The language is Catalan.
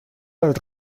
els